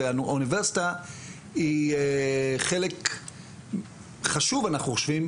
והאוניברסיטה היא חלק חשוב אנחנו חושבים,